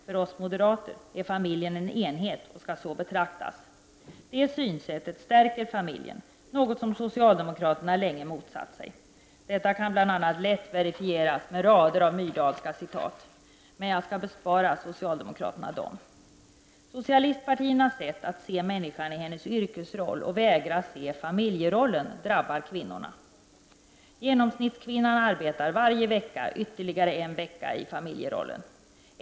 För oss moderater är familjen en enhet och skall så betraktas. Det synsättet stärker familjen — något som socialdemokraterna länge motsatt sig. Detta kan bl.a. lätt verifieras med rader av Myrdalska citat, men jag skall bespara socialdemokraterna dem. De socialistiska partiernas sätt att se människan i hennes yrkesroll och vägra se familjerollen drabbar kvinnorna. Genomsnittskvinnan arbetar varje vecka ytterligare en vecka i familjerollen.